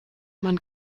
man